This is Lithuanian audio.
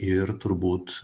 ir turbūt